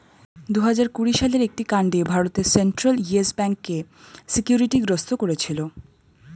দুহাজার কুড়ি সালের একটি কাণ্ডে ভারতের সেন্ট্রাল ইয়েস ব্যাঙ্ককে সিকিউরিটি গ্রস্ত করেছিল